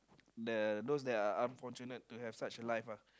the those that are unfortunate to have such a life uh